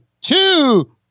two